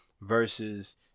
Versus